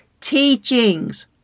teachings